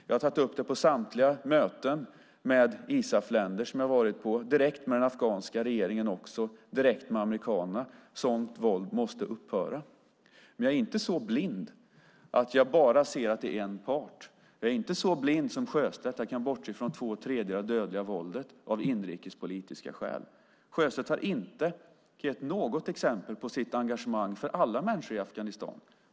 Jag har tagit upp det på samtliga möten med ISAF-länder som jag har varit på, direkt med den afghanska regeringen och direkt med amerikanerna. Sådant våld måste upphöra. Men jag är inte så blind att jag bara ser en part. Jag är inte så blind som Sjöstedt att jag kan bortse från två tredjedelar av det dödliga våldet, av inrikespolitiska skäl. Sjöstedt har inte gett något exempel på sitt engagemang för alla människor i Afghanistan.